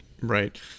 right